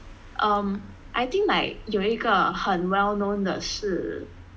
um I think like 有一个很 well known 的是